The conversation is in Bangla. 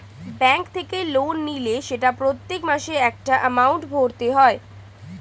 ব্যাঙ্ক থেকে লোন নিলে সেটা প্রত্যেক মাসে একটা এমাউন্ট ভরতে হয়